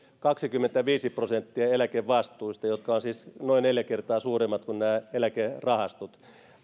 kaksikymmentäviisi prosenttia eläkevastuista jotka ovat siis noin neljä kertaa suuremmat kuin nämä eläkerahastot